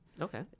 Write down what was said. Okay